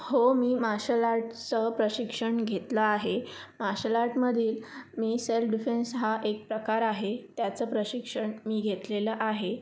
हो मी मार्शल आर्टचं प्रशिक्षण घेतलं आहे मार्शल आर्टमधील मी सेल्फ डिफेन्स हा एक प्रकार आहे त्याचं प्रशिक्षण मी घेतलेलं आहे